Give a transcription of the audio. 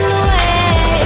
away